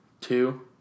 two